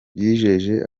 yijeje